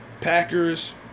Packers